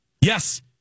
Yes